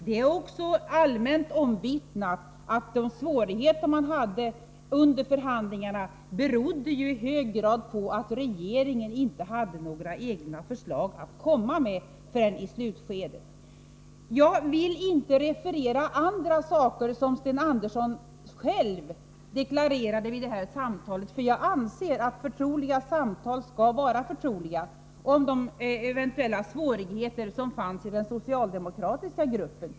Det är allmänt omvittnat att de svårigheter som man hade under förhandlingarna i hög grad berodde på att regeringen inte hade några egna förslag att komma med förrän i slutskedet. Jag vill inte referera andra saker beträffande de eventuella svårigheter som fanns i den socialdemokratiska gruppen, vilka Sten Andersson själv deklarerade vid vårt samtal, för jag anser att förtroliga samtal skall vara förtroliga.